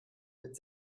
mit